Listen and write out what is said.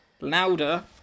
Louder